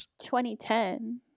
2010